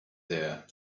there